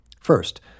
First